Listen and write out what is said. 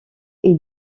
est